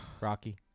Rocky